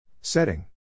Setting